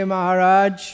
Maharaj